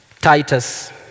Titus